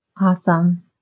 Awesome